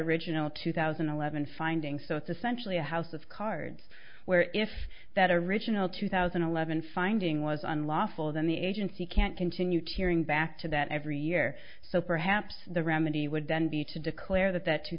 original two thousand and eleven findings so it's essentially a house of cards where if that original two thousand and eleven finding was unlawful then the agency can't continue to ring back to that every year so perhaps the remedy would then be to declare that that two